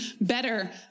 better